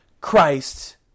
Christ